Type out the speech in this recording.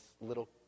little